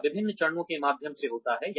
यह विभिन्न चरणों के माध्यम से होता है